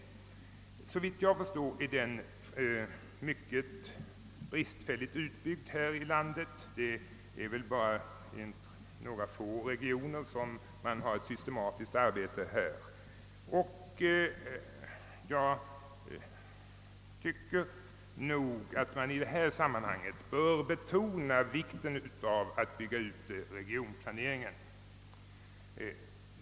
Den är såvitt jag förstår mycket bristfälligt utbyggd här i landet. Det torde bara vara några få regioner som arbetar systematiskt i det fallet. Jag tycker att man bör betona vikten av att bygga ut regionplaneringen.